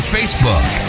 Facebook